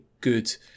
good